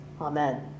Amen